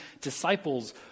disciples